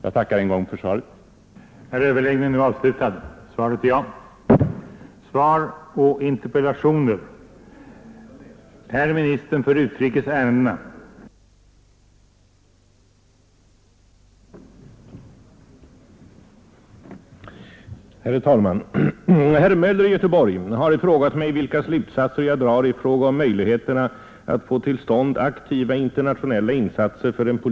Jag tackar än en gång för svaret på min enkla fråga.